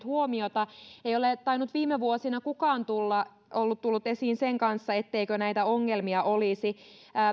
huomiota ei ole tainnut viime vuosina kukaan tulla esiin sen kanssa etteikö näitä ongelmia olisi